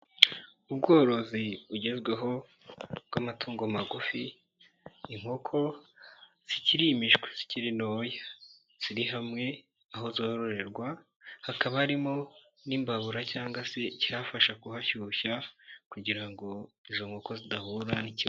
Ubworozi bugezweho bw'amatungo magufi, inkoko zikiri imishwi zikiri ntoya, ziri hamwe, aho zororerwa, hakaba harimo n'imbabura cyangwa se icyafasha kuhashyushya kugira ngo izo nkoko zidahura n'ikibazo.